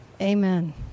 Amen